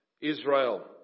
Israel